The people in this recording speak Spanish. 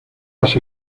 las